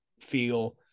feel